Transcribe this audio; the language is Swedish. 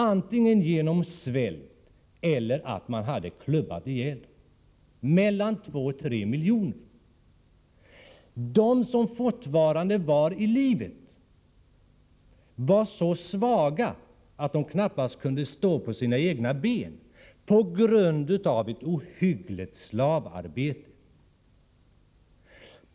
Antingen svalt man ihjäl eller också klubbades man ihjäl. Jag upprepar att det rörde sig om 2-3 miljoner människor. De som fortfarande var vid liv var så svaga att de knappast kunde stå på sina egna ben — på grund av ett ohyggligt slavarbete.